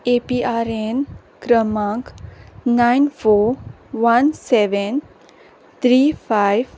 ए P R N क्रमांक nine four one seven three five